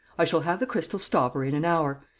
i shall have the crystal stopper in an hour.